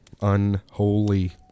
unholy